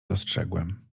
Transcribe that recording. dostrzegłem